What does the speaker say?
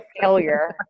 failure